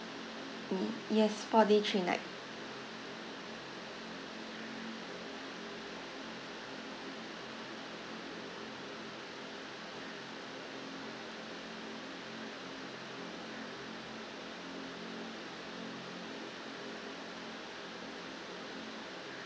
mm yes four day three night